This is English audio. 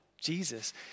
Jesus